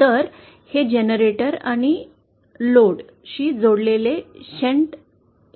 तर हे जनरेटर आणि लोड शी जोडलेले शंट